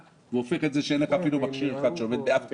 וגורם לכך שאין לך אפילו מכשיר אחד שעומד באף תקינה.